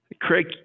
Craig